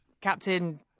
Captain